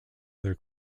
other